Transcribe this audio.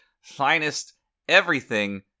finest-everything